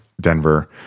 Denver